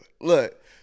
Look